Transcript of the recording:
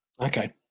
okay